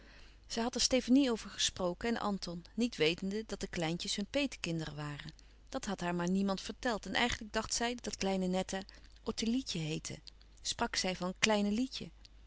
had er stefanie over gesproken en anton niet wetende dat de kleintjes hun petekinderen waren dat had haar maar niemand verteld en eigenlijk dacht zij dat kleine netta ottilietje heette sprak zij van kleine lietje